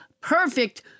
perfect